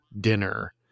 dinner